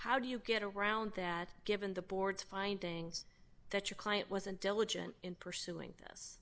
how do you get around that given the board's findings that your client wasn't diligent in pursuing this